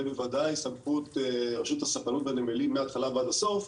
זה בוודאי סמכות רשות הספנות והנמלים מהתחלה ועד הסוף,